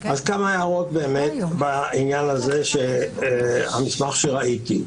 כמה הערות על המסמך שראיתי.